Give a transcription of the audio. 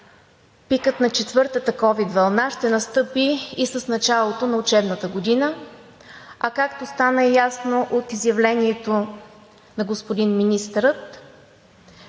пикът на четвъртата ковид вълна ще настъпи с началото на учебната година. Както стана ясно от изявлението на господин министъра,